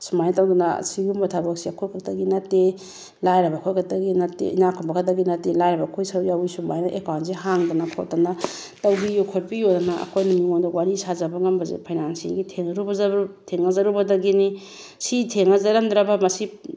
ꯁꯨꯃꯥꯏꯅ ꯇꯧꯗꯅ ꯑꯁꯤꯒꯨꯝꯕ ꯊꯕꯛꯁꯦ ꯑꯩꯈꯣꯏ ꯈꯛꯇꯒꯤ ꯅꯠꯇꯦ ꯂꯥꯏꯔꯕ ꯑꯩꯈꯣꯏ ꯈꯛꯇꯒꯤ ꯅꯠꯇꯦ ꯏꯅꯥ ꯈꯨꯟꯕ ꯈꯛꯇꯒꯤ ꯅꯠꯇꯦ ꯂꯥꯏꯔꯕ ꯑꯩꯈꯣꯏ ꯁꯔꯨꯛ ꯌꯥꯎꯋꯤ ꯁꯨꯃꯥꯏꯅ ꯑꯦꯀꯥꯎꯟꯁꯦ ꯍꯥꯡꯗꯅ ꯈꯣꯠꯇꯅ ꯇꯧꯕꯤꯌꯣ ꯈꯣꯠꯄꯤꯌꯣꯅ ꯑꯩꯈꯣꯏꯅ ꯃꯤꯉꯣꯟꯗ ꯋꯥꯔꯤ ꯁꯥꯖꯕ ꯉꯝꯕꯁꯦ ꯐꯥꯏꯅꯥꯟꯁꯤꯑꯦꯜꯒꯤ ꯊꯦꯡꯅꯖꯔꯨꯕꯗꯒꯤꯅꯤ ꯁꯤ ꯊꯦꯡꯅꯖꯔꯝꯗ꯭ꯔꯕ ꯃꯁꯤ